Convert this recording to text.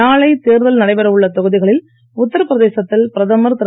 நாளை தேர்தல் நடைபெற உள்ள தொகுதிகளில் உத்தரபிரதேசத்தில் பிரதமர் திரு